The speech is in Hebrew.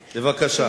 בבקשה.